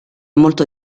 molto